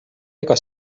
ega